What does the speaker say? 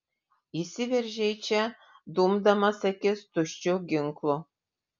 įsiveržei čia dumdamas akis tuščiu ginklu